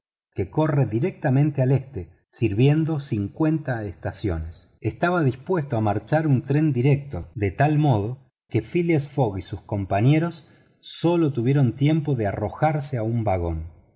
que corre directamente al este sirviendo cincuenta estaciones estaba dispuesto a marchar un tren directo de tal modo que phileas fogg y sus compañeros sólo tuvieron tiempo de arrojarse a un vagón